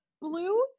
blue